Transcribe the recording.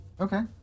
Okay